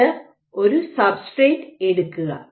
എന്നിട്ട് ഒരു സബ്സ്ട്രേറ്റ് എടുക്കുക